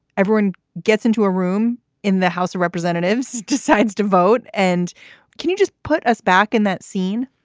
everyone gets into a room in the house of representatives, decides to vote. and can you just put us back in that scene?